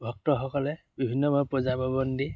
ভক্তসকলে বিভিন্ন ভাবে